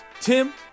Tim